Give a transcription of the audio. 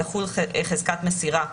תחול חזקת מסירה,